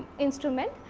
instrument,